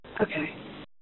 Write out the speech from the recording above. Okay